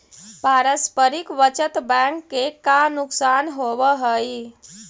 पारस्परिक बचत बैंक के का नुकसान होवऽ हइ?